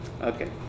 Okay